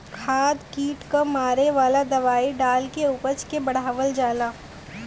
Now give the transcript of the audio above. खाद कीट क मारे वाला दवाई डाल के उपज के बढ़ावल जाला